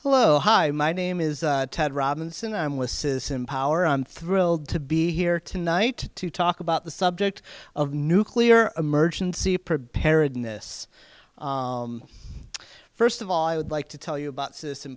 fellow hi my name is ted robinson i'm with says empower i'm thrilled to be here tonight to talk about the subject of nuclear emergency preparedness first of all i would like to tell you about system